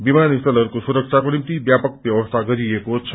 विमानस्थलहरूको सुरक्षाको निम्ति ब्यापक ब्यवस्था गरिएको छ